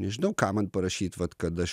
nežinau ką man parašyt vat kad aš